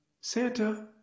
Santa